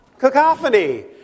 cacophony